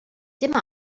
dim